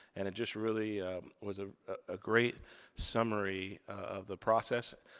and it just really was a ah great summary of the process.